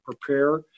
prepare